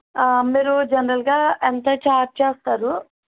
మీరు జనరల్గా ఎంత ఛార్జ్ చేస్తారు